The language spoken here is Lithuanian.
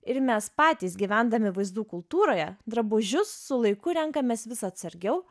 ir mes patys gyvendami vaizdų kultūroje drabužius su laiku renkamės vis atsargiau